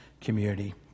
community